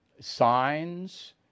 signs